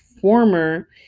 former